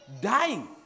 dying